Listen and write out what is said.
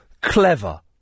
clever